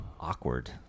Awkward